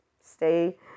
stay